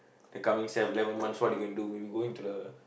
the coming s~ eleven months what you gonna do we going to the